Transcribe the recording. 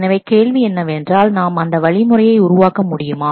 எனவே கேள்வி என்னவென்றால் நாம் அந்த வழிமுறையை உருவாக்க முடியுமா